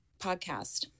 podcast